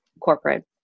corporate